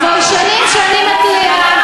כבר שנים אני מתריעה,